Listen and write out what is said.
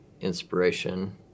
inspiration